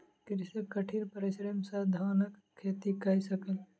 कृषक कठिन परिश्रम सॅ धानक खेती कय सकल